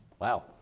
Wow